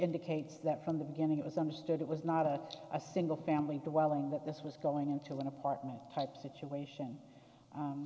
indicates that from the beginning it was understood it was not a single family dwelling that this was going into an apartment type situation